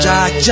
Jack